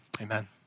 Amen